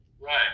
Right